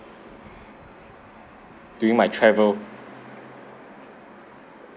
during my travel